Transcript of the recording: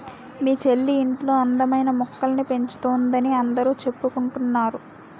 మీ చెల్లి ఇంట్లో అందమైన మొక్కల్ని పెంచుతోందని అందరూ చెప్పుకుంటున్నారు